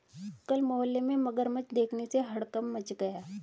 कल मोहल्ले में मगरमच्छ देखने से हड़कंप मच गया